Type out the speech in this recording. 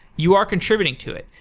you are contributing to it.